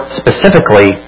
specifically